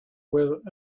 with